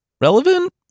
relevant